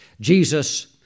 Jesus